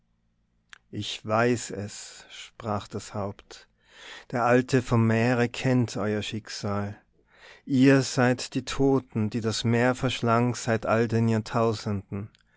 ich weiß es sprach das haupt der alte vom meere kennt euer schicksal ihr seid die toten die das meer verschlang seit all den jahrtausenden